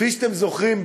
כפי שאתם זוכרים,